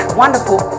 wonderful